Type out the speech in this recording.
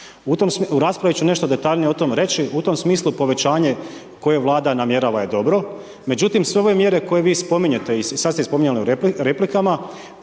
U raspravi ću nešto detaljnije o tome reći, u tom smislu povećanje koje vlada namjerava je dobro, međutim, sve ove mjere koje vi spominjete i sada ste ih spominjali u replikama,